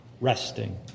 resting